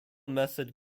method